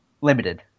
limited